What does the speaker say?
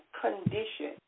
condition